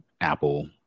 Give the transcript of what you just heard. Apple